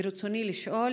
רצוני לשאול: